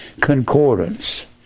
concordance